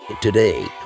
Today